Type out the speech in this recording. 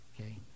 okay